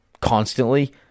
constantly